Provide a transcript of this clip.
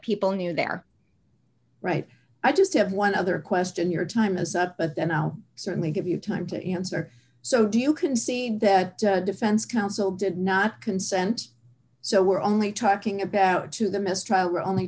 people knew their right i just have one other question your time as a but then i'll certainly give you time to answer so do you can see the defense counsel did not consent so we're only talking about to the mistrial we're only